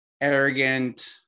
arrogant